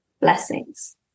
Blessings